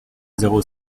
zéro